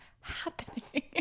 happening